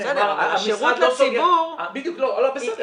בסדר, אבל השירות לציבור ירד.